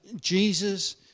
Jesus